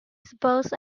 suppose